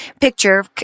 picture